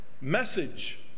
message